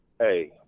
Hey